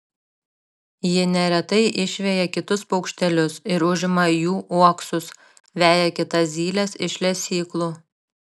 ji neretai išveja kitus paukštelius ir užima jų uoksus veja kitas zyles ir iš lesyklų